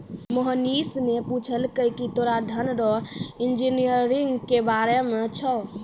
मोहनीश ने पूछलकै की तोरा धन रो इंजीनियरिंग के बारे मे छौं?